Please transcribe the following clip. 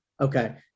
Okay